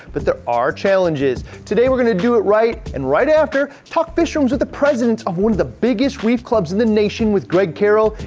but there are challenges. today we're gonna do it right and right after, talk fish rooms with the president of one of the biggest reef clubs in the nation with greg carroll.